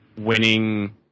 winning